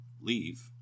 leave